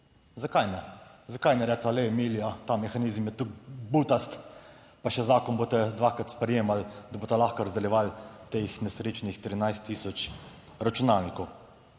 Zakaj ne, zakaj ni rekla, glej, Emilija, ta mehanizem je tu butast, pa še zakon boste dvakrat sprejemali, da boste lahko razdeljevali teh nesrečnih 13000 računalnikov.